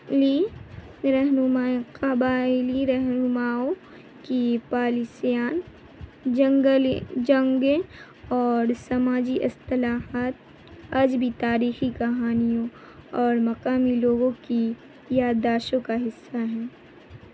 لی رہنما قبائلی رہنماؤں کی پالیسیاں جنگلی جنگیں اور سماجی اصطلاحات آج بھی تاریخی کہانیوں اور مقامی لوگوں کی یادداشتوں کا حصہ ہیں